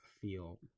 feel